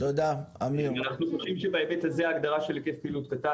אז אנחנו חושבים שבהיקף פעילות כזה